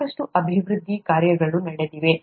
ಸಾಕಷ್ಟು ಅಭಿವೃದ್ಧಿ ಕಾರ್ಯಗಳು ನಡೆದಿವೆ